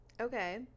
Okay